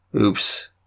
oops